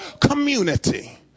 community